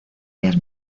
días